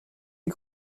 les